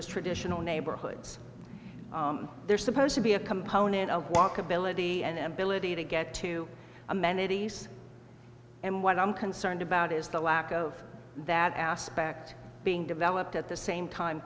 as traditional neighborhoods there's supposed to be a component of walkability an ability to get to amenities and what i'm concerned about is the lack of that aspect being developed at the same time